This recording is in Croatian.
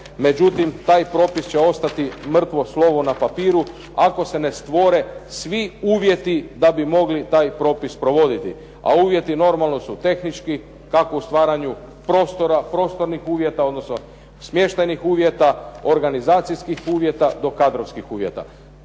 međutim taj propis će ostati mrtvo slovo na papiru ako se ne stvore svi uvjeti da bi mogli taj propis provoditi. A uvjeti normalno su tehnički, kako u stvaranju prostora, prostornih uvjeta, odnosno smještajnih uvjeta, organizacijskih uvjeta do kadrovskih uvjeta.